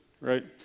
right